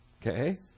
Okay